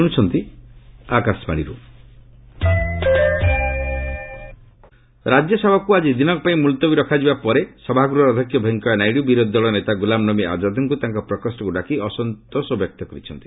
ନାଇଡ଼ୁ ଆଜାଦ୍ ରାଜ୍ୟସଭାକୁ ଆଜି ଦିନକ ପାଇଁ ମୁଲତବୀ ରଖାଯିବା ପରେ ସଭା ଗୃହର ଅଧ୍ୟକ୍ଷ ଭେଙ୍କୟା ନାଇଡ଼ ବିରୋଧୀ ଦଳ ନେତା ଗ୍ରଲାମନବୀ ଆଜାଦଙ୍କୁ ତାଙ୍କ ପ୍ରକୋଷ୍ଠକୁ ଡାକି ଅସନ୍ତୋଷ ବ୍ୟକ୍ତ କରିଛନ୍ତି